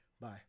Bye